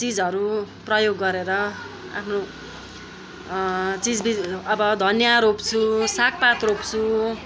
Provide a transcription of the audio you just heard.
चिजहरू प्रयोग गरेर आफ्नो चिजबिज अब धनियाँ रोप्छु सागपात रोप्छु